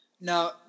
now